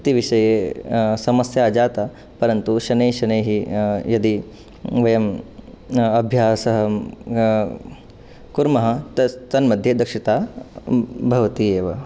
इति विषये समस्या जाता परन्तु शनैः शनैः यदि वयम् अभ्यासं कुर्मः तस् तन् मध्ये दक्षता भवति एव